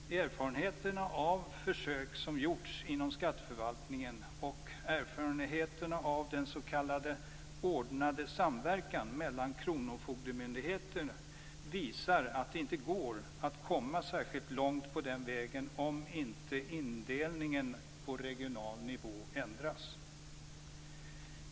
Erfarenheterna av försök som gjorts inom skatteförvaltningen och erfarenheterna av den s.k. ordnade samverkan mellan kronofogdemyndigheter visar att det inte går att komma särskilt långt på den vägen om inte indelningen på regional nivå ändras.